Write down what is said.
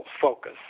focus